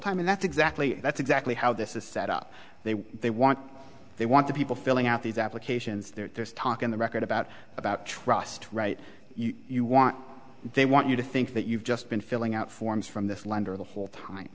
time and that's exactly that's exactly how this is set up they way they want they want people filling out these applications there's talk in the record about about trust right you want they want you to think that you've just been filling out forms from this lender the whole time